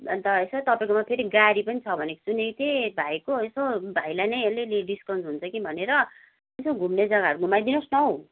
अन्त यसो तपाईँकोमा फेरि गाडी पनि छ भनेको सुनेको थिएँ भाइको यसो भाइलाई नि अलिअलि डिस्काउन्ट हुन्छ कि भनेर यसो घुम्ने जग्गाहरू घुमाइदिनु होस् न हौ